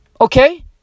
okay